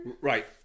Right